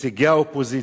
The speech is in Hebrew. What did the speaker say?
שנציגי האופוזיציה,